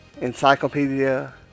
Encyclopedia